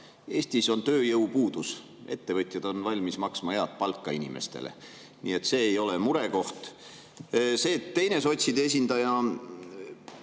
Eestis on tööjõupuudus, ettevõtjad on valmis maksma head palka inimestele, nii et see ei ole murekoht. Seda, et teine sotside esindaja